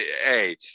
hey